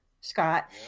Scott